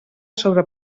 sobre